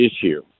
issue